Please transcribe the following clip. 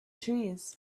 trees